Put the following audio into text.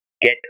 get